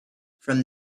from